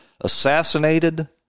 assassinated